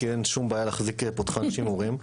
כי אין שום בעיה להחזיק פותחן שימורים.